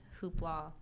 hoopla